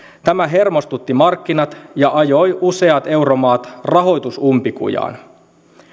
tämä hermostutti markkinat ja ajoi useat euromaat rahoitusumpikujaan